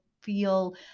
feel